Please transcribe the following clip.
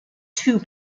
two